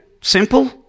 Simple